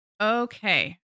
Okay